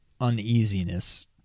uneasiness